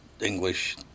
English